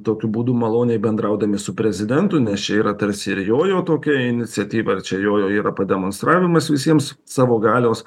tokiu būdu maloniai bendraudami su prezidentu nes čia yra tarsi ir jojo tokia iniciatyva čia jojo yra pademonstravimas visiems savo galios